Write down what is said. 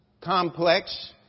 complex